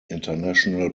international